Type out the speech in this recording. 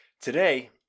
Today